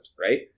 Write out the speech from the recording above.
right